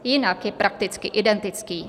Jinak je prakticky identický.